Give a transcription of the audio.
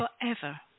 forever